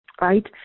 right